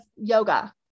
yoga